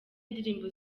ndirimbo